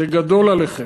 זה גדול עליכם,